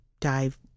dive